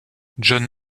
john